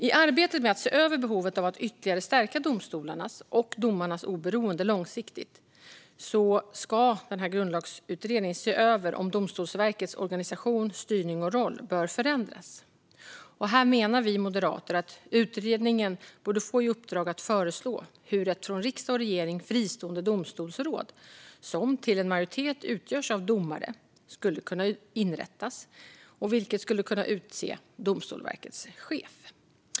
I arbetet med att se över behovet av att ytterligare stärka domstolarnas och domarnas oberoende långsiktigt ska grundlagsutredningen se över om Domstolsverkets organisation, styrning och roll bör förändras. Vi moderater menar att utredningen borde få i uppdrag att föreslå hur ett från riksdag och regering fristående domstolsråd som till en majoritet utgörs av domare skulle kunna inrättas. Detta råd skulle då kunna utse Domstolsverkets chef.